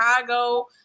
Chicago